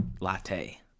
latte